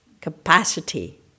capacity